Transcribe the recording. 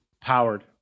powered